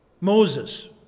Moses